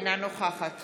אינה נוכחת